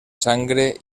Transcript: sangre